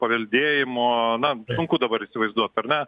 paveldėjimo na sunku dabar įsivaizduot ar ne